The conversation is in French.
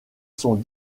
sont